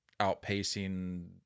outpacing